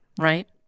right